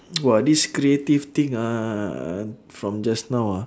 !wah! this creative thing ah from just now ah